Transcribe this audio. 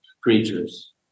creatures